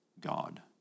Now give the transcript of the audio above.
God